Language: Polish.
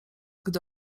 gdy